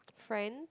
friend